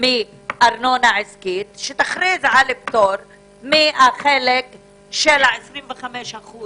מארנונה עסקית, שתכריז על פטור מהחלק של 25%